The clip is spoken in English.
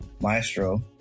Maestro